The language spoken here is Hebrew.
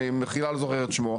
מחילה אני לא זוכר את שמו,